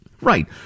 right